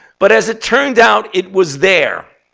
but as it turned out, it was there.